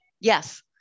Yes